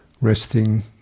resting